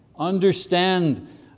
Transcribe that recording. understand